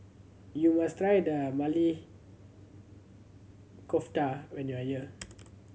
you must try the Maili Kofta when you are here